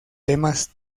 temas